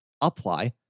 apply